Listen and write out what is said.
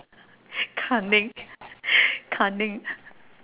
cunning cunning